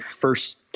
first